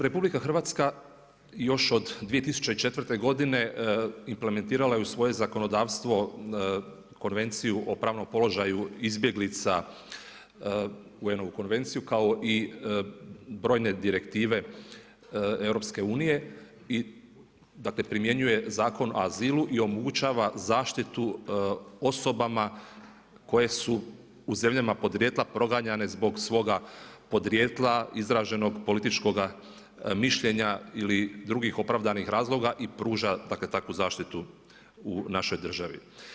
RH, još od 2004.g. implementirala je u svoje zakonodavstvo, konvenciju o pravnom položaju izbjeglica UN-ovu konvenciju, kao i brojne direktive EU i dakle, primjenjuje Zakon o azilu i omogućava zaštitu osobama koje su u zemljama porijekla, proganjane zbog svoga porijekla, izraženog političkoga mišljenja ili drugih opravdanih razloga i pruža takvu zaštitu u našoj državi.